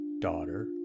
daughter